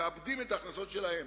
מעבדים את ההכנסות שלהם,